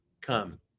come